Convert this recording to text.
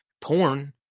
porn